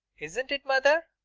isn't it mother?